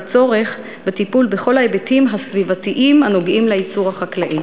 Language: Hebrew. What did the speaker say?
הצורך בטיפול בכל ההיבטים הסביבתיים הנוגעים לייצור החקלאי.